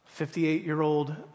58-year-old